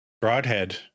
Broadhead